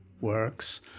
works